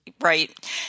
Right